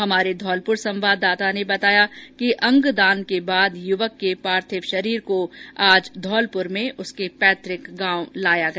हमारे धौलपुर संवाददाता ने बताया कि अंगदान के बाद युवक के पार्थिव शरीर को धौलपुर में उसके पैतृक गांव लाया गया